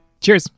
Cheers